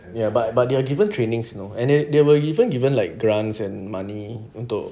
ya but but they are given trainings you know and they were even even like given grants and money untuk